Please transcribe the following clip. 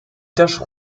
tache